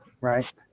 right